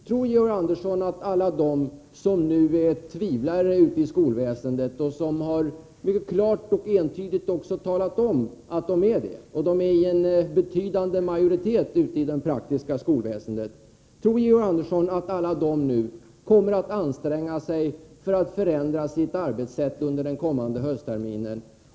Tror Georg Andersson att alla de som är tvivlare ute i skolväsendet och som mycket klart och entydigt också talat om att de är det — de är i en betydande majoritet i det praktiska skolarbetet — kommer att anstränga sig för att förändra sitt arbetssätt under den kommande böstterminen?